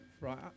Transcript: right